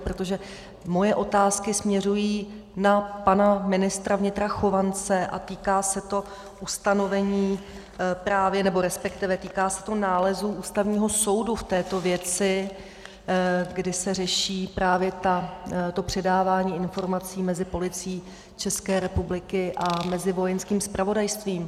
Protože moje otázky směřují na pana ministra vnitra Chovance a týká se to ustanovení, resp. nálezu Ústavního soudu v této věci, kdy se řeší právě to předávání informací mezi Policií České republiky a Vojenským zpravodajstvím.